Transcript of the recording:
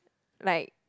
like